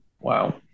Wow